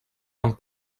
amb